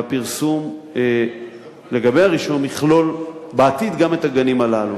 והפרסום לגבי הרישום יכלול בעתיד גם את הגנים הללו.